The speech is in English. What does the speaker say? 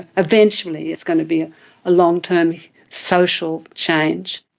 eventually it's going to be a long-term social change.